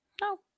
No